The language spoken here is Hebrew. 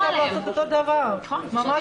גם אגב, מוסדות תרבות יצטרכו לעשות אותו דבר, ממש